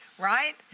right